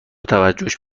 توجهش